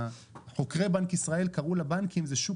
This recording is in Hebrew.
חוקרי בנק ישראל קראו לבנקים שוק